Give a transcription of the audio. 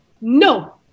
No